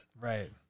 Right